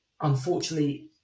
Unfortunately